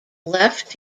left